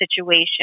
situation